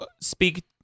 speak